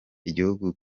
igihugu